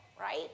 right